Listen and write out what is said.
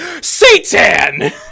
Satan